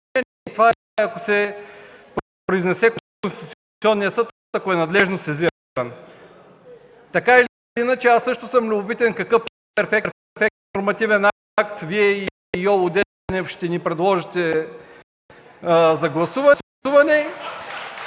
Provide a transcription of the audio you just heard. ако се произнесе Конституционният съд, ако е надлежно сезиран. Така или иначе аз също съм любопитен какъв перфектен нормативен акт Вие и Йоло Денев ще ни предложите за гласуване